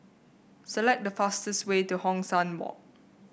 select the fastest way to Hong San Walk